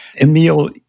Emil